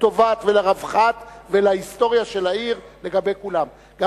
ולרווחת כולם ולהיסטוריה של העיר לגבי כולם.